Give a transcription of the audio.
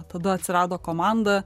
tada atsirado komanda